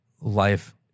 life